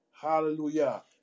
Hallelujah